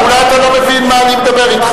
אולי אתה לא מבין מה אני מדבר אתך.